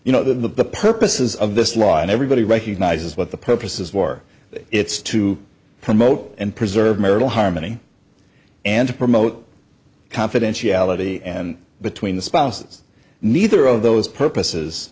you know the purposes of this law and everybody recognizes what the purpose is war it's to promote and preserve marital harmony and to promote confidentiality and between the spouses neither of those purposes